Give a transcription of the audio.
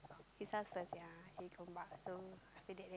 his house first yeah he Gombak so after that then